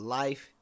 life